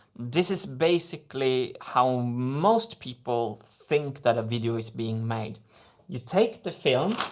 this is basically how most people think that a video is being made you take the film,